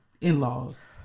in-laws